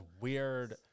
weird